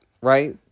right